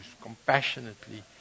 compassionately